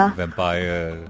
vampire